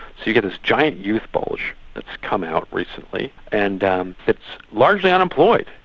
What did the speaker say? yeah this giant youth bulge that's come out recently, and it's largely unemployed,